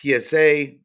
PSA